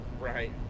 Right